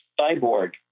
cyborg